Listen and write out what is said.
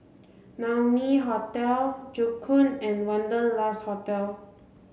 Naumi Hotel Joo Koon and Wanderlust Hotel